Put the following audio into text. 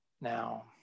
now